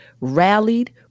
rallied